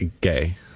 gay